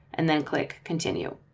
and then click continue.